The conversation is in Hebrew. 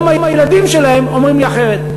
היום הילדים שלהם אומרים לי אחרת.